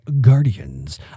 Guardians